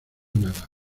nada